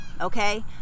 Okay